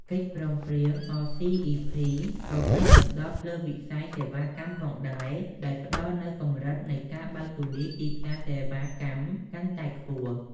កិច្ចព្រមព្រៀង អ សុី អុី ភី(RCEP) ក៏គ្របដណ្តប់លើវិស័យសេវាកម្មផងដែរ ដោយផ្តល់នូវកម្រិតនៃការបើកទូលាយទីផ្សារសេវាកម្មកាន់តែខ្ពស់។